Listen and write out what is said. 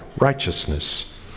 righteousness